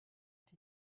die